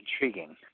intriguing